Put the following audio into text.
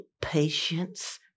patience